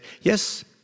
yes